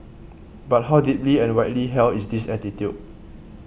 but how deeply and widely held is this attitude